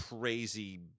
crazy